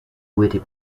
witty